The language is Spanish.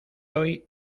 hoy